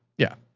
yeah.